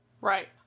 Right